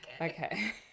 Okay